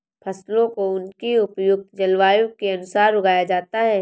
फसलों को उनकी उपयुक्त जलवायु के अनुसार उगाया जाता है